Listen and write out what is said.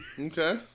Okay